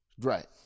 Right